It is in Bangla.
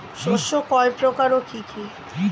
শস্য কয় প্রকার কি কি?